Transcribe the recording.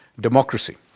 Democracy